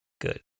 Good